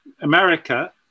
America